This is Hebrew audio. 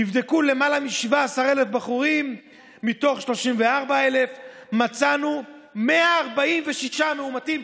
נבדקו למעלה מ-17,000 בחורים מתוך 34,000 ומצאנו 146 מאומתים,